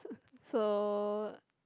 so